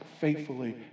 faithfully